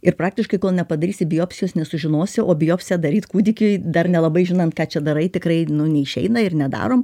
ir praktiškai kol nepadarysi biopsijos nesužinosi o biopsiją daryt kūdikiui dar nelabai žinant ką čia darai tikrai neišeina ir nedarom